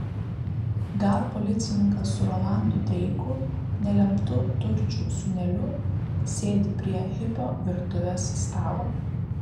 gal policininkas su rolandu dreiku nelemtu turčių sūneliu sėdi prie hipio virtuvės stalo